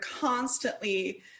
constantly